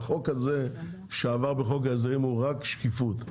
החוק הזה שעבר בחוק ההסדרים הוא רק שקיפות,